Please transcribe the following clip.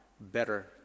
better